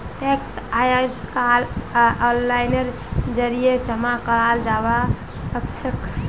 tax अइजकाल ओनलाइनेर जरिए जमा कराल जबा सखछेक